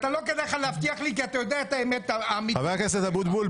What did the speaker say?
לא כדאי לך להבטיח לי כי אתה יודע את האמת --- חבר הכנסת אבוטבול,